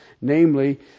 Namely